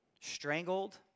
strangled